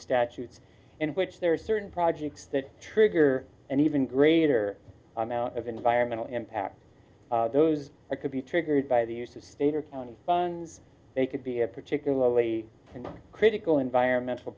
statute in which there are certain projects that trigger an even greater amount of environmental impact those could be triggered by the use of state or county funds they could be particularly critical environmental